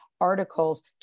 articles